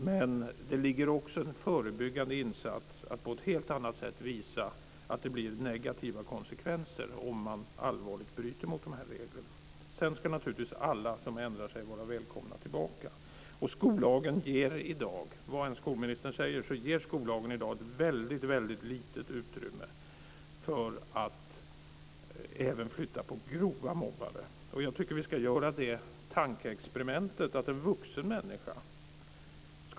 Men det är också en förebyggande insats att på ett helt annat sätt visa att det blir negativa konsekvenser om man allvarligt bryter mot dessa regler. Sedan ska naturligtvis alla som ändrar sig vara välkomna tillbaka. Skollagen ger i dag, vad än skolministern säger, ett väldigt litet utrymme för att ens flytta på personer om utför grov mobbning.